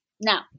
Now